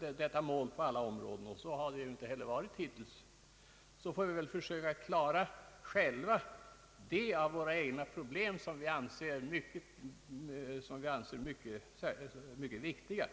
detta mål på alla områden — och så har det ju heller inte varit hittills — får vi väl försöka själva klara de av våra egna problem som vi anser vara särskilt viktiga.